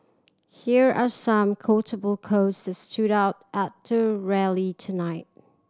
here are some quotable quotes that stood out at the rally tonight